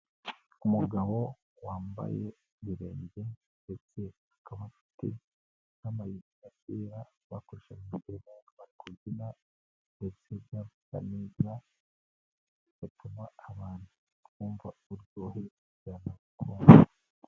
Umugabo wambaye ibirenge, ndetse akaba afite n'amayugi ya kera bakoreshaga mugihe babaga bari kubyina, ndetse bigatuma abantu bumva urwunge rw'injyana.